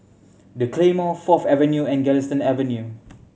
The Claymore Fourth Avenue and Galistan Avenue